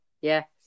Yes